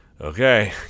okay